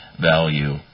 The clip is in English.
value